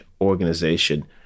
organization